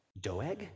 Doeg